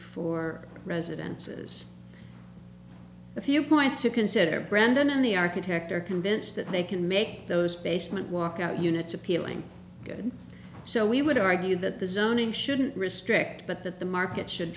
for residences the few points to consider brandon and the architect are convinced that they can make those basement walk out units appealing so we would argue that the zoning shouldn't restrict but that the market should